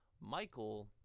Michael